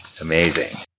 Amazing